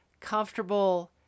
comfortable